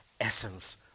essence